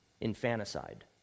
Infanticide